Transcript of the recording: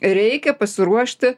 reikia pasiruošti